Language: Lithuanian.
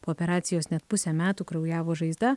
po operacijos net pusę metų kraujavo žaizda